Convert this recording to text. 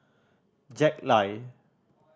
Jack Lai